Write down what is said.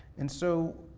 and so,